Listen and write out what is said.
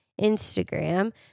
Instagram